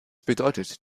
bedeutet